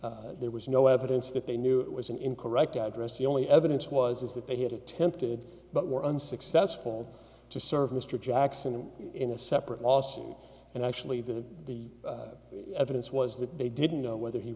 to there was no evidence that they knew it was an incorrect address the only evidence was that they had attempted but were unsuccessful to serve mr jackson in a separate lawsuit and actually the the evidence was that they didn't know whether he